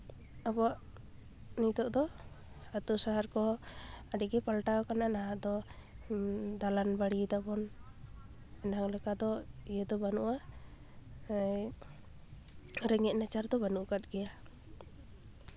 ᱟᱵᱚᱣᱟᱜ ᱱᱤᱛᱳᱜ ᱫᱚ ᱟᱛᱩ ᱥᱟᱦᱟᱨ ᱠᱚᱦᱚᱸ ᱟᱹᱰᱤ ᱜᱮ ᱯᱟᱞᱴᱟᱣ ᱠᱟᱱᱟ ᱱᱟᱦᱟᱜ ᱫᱚ ᱫᱟᱞᱟᱱ ᱵᱟᱲᱤᱭ ᱫᱟᱵᱚᱱ ᱱᱮ ᱦᱚᱲ ᱞᱮᱠᱟ ᱫᱚ ᱤᱭᱟᱹ ᱫᱚ ᱵᱟᱹᱱᱩᱜᱼᱟ ᱨᱮᱸᱜᱮᱡ ᱱᱟᱪᱟᱨ ᱫᱚ ᱵᱟᱹᱱᱩᱜ ᱠᱟᱫ ᱜᱮᱭᱟ